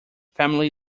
family